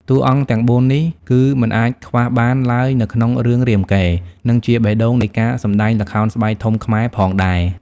តួអង្គទាំងបួននេះ គឺមិនអាចខ្វះបានឡើយនៅក្នុងរឿងរាមកេរ្តិ៍ និងជាបេះដូងនៃការសម្ដែងល្ខោនស្បែកធំខ្មែរផងដែរ ។